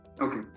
Okay